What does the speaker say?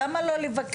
למה לא לבקש?